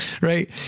right